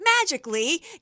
Magically